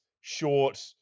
short